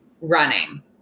Running